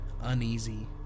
uneasy